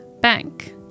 bank